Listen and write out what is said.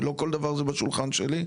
אני, לא כל דבר זה בשולחן שלי.